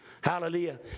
hallelujah